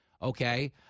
Okay